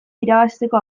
irabazteko